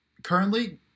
Currently